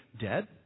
dead